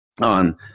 on